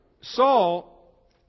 Saul